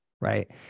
right